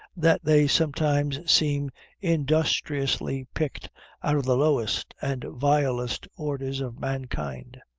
that they sometimes seem industriously picked out of the lowest and vilest orders of mankind.